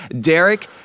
Derek